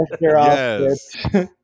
yes